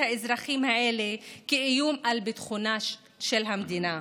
האזרחים האלה כאיום על ביטחונה של המדינה,